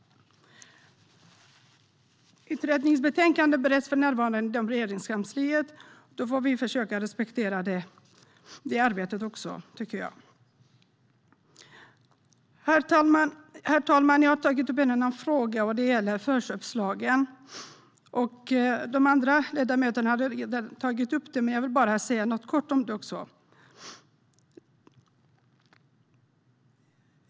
Utredningsbetänkandet bereds för närvarande inom Regeringskansliet, och vi får försöka respektera det arbetet. Herr talman! En annan fråga jag vill ta upp är förköpslagen. Andra ledamöter har redan tagit upp det, men jag vill bara säga något kort.